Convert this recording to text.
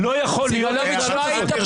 --- לא יכולה להיות התנהגות